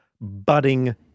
budding